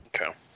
Okay